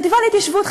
החטיבה להתיישבות,